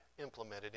implemented